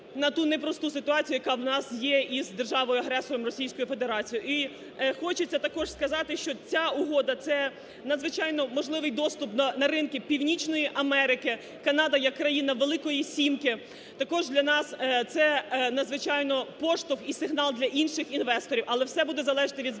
на ту непросту ситуацію, яка в нас є із державою-агресором Російською Федерацією. І хочеться також сказати, що ця угода – це надзвичайно можливий доступ на ринки Північної Америки. Канада є країна Великої сімки. Також для нас це надзвичайно поштовх і сигнал для інших інвесторів, але все буде залежати від здатності